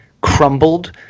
crumbled